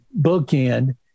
bookend